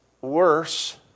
worse